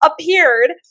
appeared